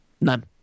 None